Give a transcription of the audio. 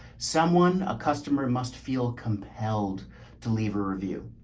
someone, a customer must feel compelled to leave a review.